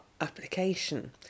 application